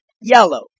yellow